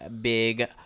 Big